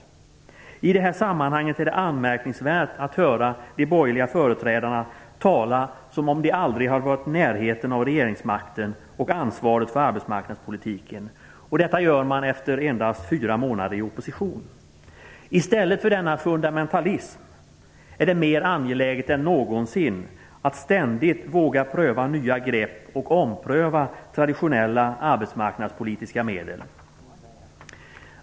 Det är i det här sammanhanget anmärkningsvärt att få höra de borgerliga företrädarna tala som om de aldrig har varit i närheten av regeringsmakten och ansvaret för arbetsmarknadspolitiken. Detta gör man efter endast fyra månader i opposition. I stället för denna fundamentalism är det mer angeläget än någonsin att ständigt våga pröva nya grepp och ompröva traditionella arbetsmarknadspolitiska medel.